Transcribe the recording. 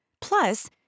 Plus